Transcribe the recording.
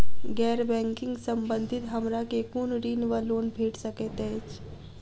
गैर बैंकिंग संबंधित हमरा केँ कुन ऋण वा लोन भेट सकैत अछि?